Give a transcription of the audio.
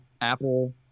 apple